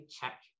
check